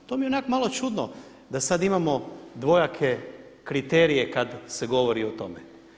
To mi je onak malo čudno, da sad imamo dvojake kriterije kad se govori o tome.